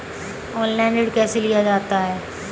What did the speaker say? Online ऋण कैसे लिया जाता है?